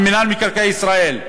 עם מינהל מקרקעי ישראל,